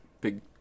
big